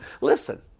Listen